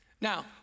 Now